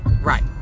Right